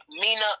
Mina